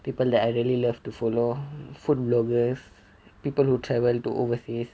people that I really love to follow food bloggers people who travel to overseas